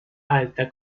alta